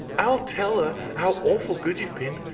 i'll tell her how awful good you've been.